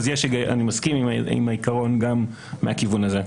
אני מסכים עם העיקרון גם מהכיוון הזה.